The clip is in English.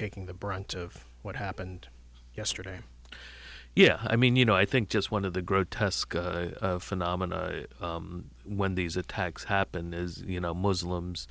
taking the brunt of what happened yesterday yeah i mean you know i think just one of the grotesque phenomena when these attacks happened as you know muslims